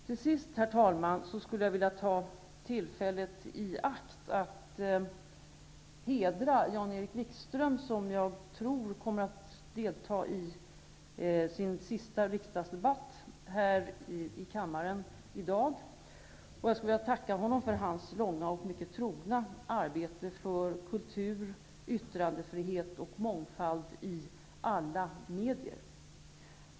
Till sist, herr talman, skulle jag vilja ta tillfället i akt att hedra Jan-Erik Wikström, som jag tror kommer att delta i sin sista riksdagsdebatt i dag. Jag skulle vilja tacka honom för hans långa och mycket trogna arbete för kultur, yttrandefrihet och mångfald i alla medier.